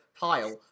pile